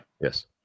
Yes